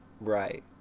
right